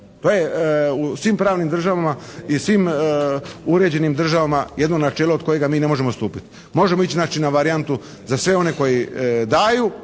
To je u svim pravnim državama i svim uređenim državama jedno načelo od kojega mi ne možemo odstupiti. Možemo ići znaći na varijantu za sve one koji daju